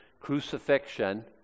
crucifixion